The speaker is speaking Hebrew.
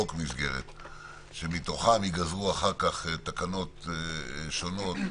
שמתוכם ייגזרו אחר כך תקנות שונות.